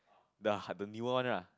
the hut the newer one lah